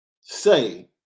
say